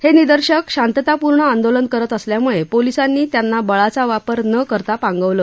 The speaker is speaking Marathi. हा निदर्शक शांततापूर्ण आंदोलन करत असल्यामुळ पोलिसांनी त्यांना बळाचा वापर न करता पांगवलं